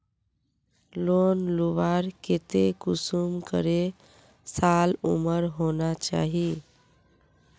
Loan लुबार केते कुंसम करे साल उमर होना चही?